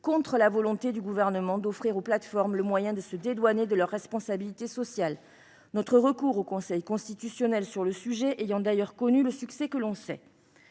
contre la volonté du Gouvernement d'offrir aux plateformes le moyen de se dédouaner de leurs responsabilités sociales - notre recours au Conseil constitutionnel sur le sujet ayant d'ailleurs connu le succès que l'on sait.